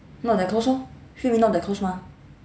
not that close orh hui min not that close mah